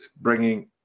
bringing